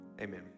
amen